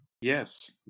yes